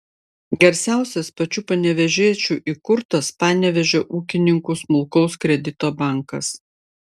garsiausias pačių panevėžiečių įkurtas panevėžio ūkininkų smulkaus kredito bankas